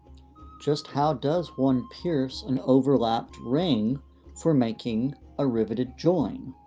just how does one pierce an overlapped ring for making a riveted join?